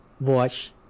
Watch